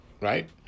right